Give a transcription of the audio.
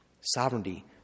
Sovereignty